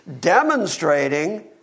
demonstrating